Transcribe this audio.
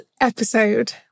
episode